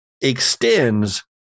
extends